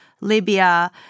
Libya